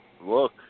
look